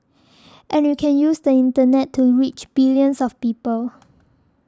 and you can use the Internet to reach billions of people